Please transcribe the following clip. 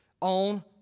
on